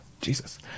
Jesus